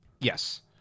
Yes